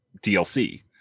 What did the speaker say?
DLC